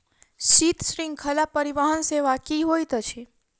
शीत श्रृंखला परिवहन सेवा की होइत अछि?